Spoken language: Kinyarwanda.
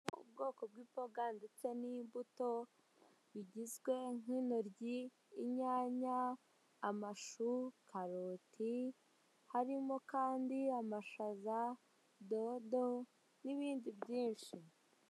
Nyiricyubahiro umuyobozi w'igihugu cy'u Rwanda yambaye ishati y'umweru nipantaro y'umukara mu kiganza cy'iburyo afite icyuma ndangururamajwi ndetse n'agacupa k'amazi kuru ruhande yicaye hagati y'abantu abantu benshi bamuhanze amaso.